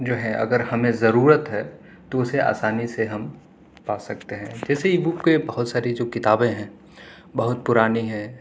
جو ہے اگر ہمیں ضرورت ہے تو اسے آسانی سے ہم پا سکتے ہیں جیسے ای بک پہ بہت ساری جو کتابیں ہیں بہت پرانی ہیں